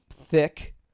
thick